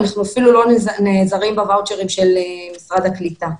אנחנו אפילו לא נעזרים בוואוצ'רים של משרד הקליטה.